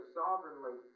sovereignly